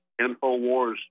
InfoWars